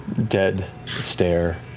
dead stare.